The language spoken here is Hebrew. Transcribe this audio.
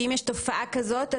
שאם יש תופעה כזאת,